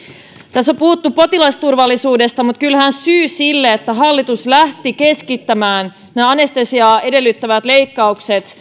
tässä on puhuttu potilasturvallisuudesta mutta kyllähän syy siihen että hallitus lähti keskittämään näitä anestesiaa edellyttäviä leikkauksia